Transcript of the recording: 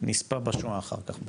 נספה בשואה אחר כך,